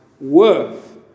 worth